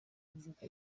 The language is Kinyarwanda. kuvuga